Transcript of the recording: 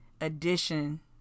edition